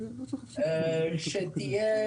שתהיה,